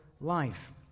life